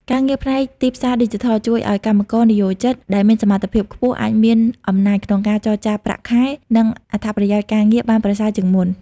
ការងារផ្នែកទីផ្សារឌីជីថលជួយឱ្យកម្មករនិយោជិតដែលមានសមត្ថភាពខ្ពស់ អាចមានអំណាចក្នុងការចរចាប្រាក់ខែ និងអត្ថប្រយោជន៍ការងារបានប្រសើរជាងមុន។